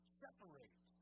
separate